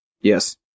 Yes